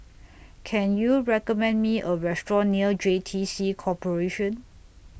Can YOU recommend Me A Restaurant near J T C Corporation